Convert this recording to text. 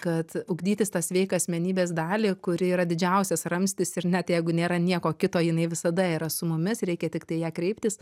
kad ugdytis tą sveiką asmenybės dalį kuri yra didžiausias ramstis ir net jeigu nėra nieko kito jinai visada yra su mumis reikia tiktai į ją kreiptis